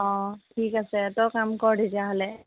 অঁ ঠিক আছে তই কাম কৰ তেতিয়াহ'লে